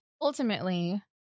Ultimately